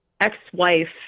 ex-wife